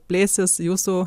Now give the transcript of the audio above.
plėsis jūsų